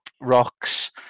rocks